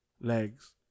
legs